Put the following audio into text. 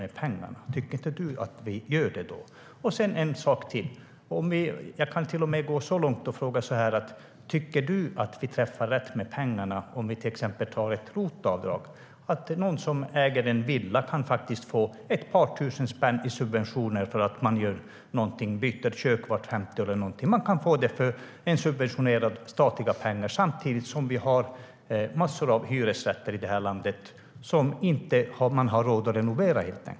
Tycker inte du det, Penilla Gunther? En sak till, när det gäller till exempel ROT-avdrag: Tycker du att vi träffar rätt med pengarna när en person som äger en villa kan få ett par tusen spänn i subventioner för att byta kök vart femte år? Det kan man få för statligt subventionerade pengar samtidigt som vi har massor av hyresrätter i det här landet som man inte har råd att renovera.